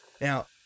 Now